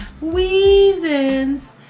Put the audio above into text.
Reasons